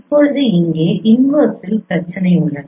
இப்போது இங்கே இன்வெர்ஸில் பிரச்சனை உள்ளது